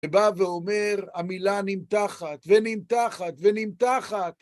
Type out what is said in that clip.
שבא ואומר, המילה נמתחת, ונמתחת, ונמתחת.